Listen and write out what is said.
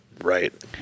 Right